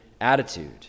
attitude